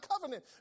covenant